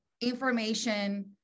information